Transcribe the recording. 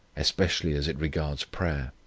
especially as it regards prayer.